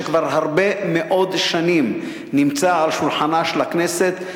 שכבר הרבה מאוד שנים נמצא על שולחנה של הכנסת,